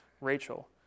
Rachel